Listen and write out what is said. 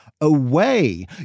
away